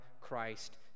christ